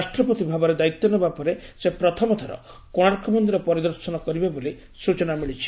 ରାଷ୍ଟ୍ରପତି ଭାବରେ ଦାୟିତ୍ୱ ନେବାପରେ ସେ ପ୍ରଥମ ଥର କୋଶାର୍କ ମନ୍ଦିର ପରିଦର୍ଶନ କରିବେ ବୋଲି ସୂଚନା ମିଳିଛି